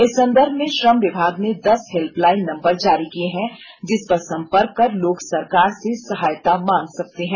इस संदर्भ में श्रम विभाग ने दस हेल्पलाइन नंबर जारी किये हैं जिस पर संपर्क कर लोग सरकार से सहायता मांग सकते हैं